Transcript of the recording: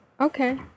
okay